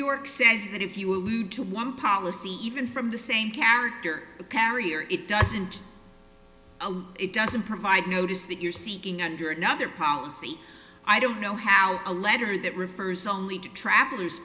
york says that if you allude to one policy even from the same characters the carrier it doesn't it doesn't provide notice that you're seeking under another policy i don't know how a letter that refers only to travelers